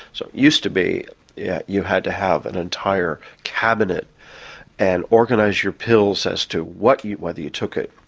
so it used to be yeah you had to have an entire cabinet and organise your pills as to what you, whether you took it,